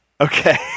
Okay